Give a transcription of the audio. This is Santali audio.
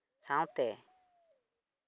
ᱥᱟᱶᱛᱮ